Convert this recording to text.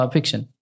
Fiction